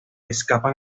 escapan